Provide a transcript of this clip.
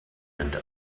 and